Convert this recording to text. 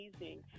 amazing